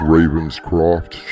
Ravenscroft